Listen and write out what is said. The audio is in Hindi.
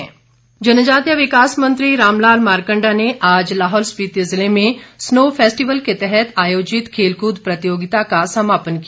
मारकंडा जनजातीय विकास मंत्री रामलाल मारकंडा ने आज लाहौल स्पीति ज़िले में स्नो फैस्टिवल के तहत आयोजित खेल कूद प्रतियोगिता का समापन किया